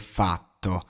fatto